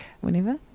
Whenever